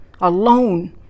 alone